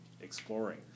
exploring